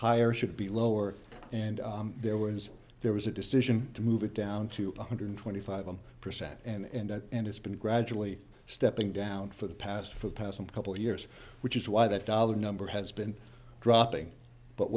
higher should be lower and there was there was a decision to move it down to one hundred twenty five m percent and and it's been gradually stepping down for the past for the past couple of years which is why that dollar number has been dropping but